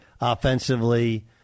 offensively